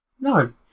No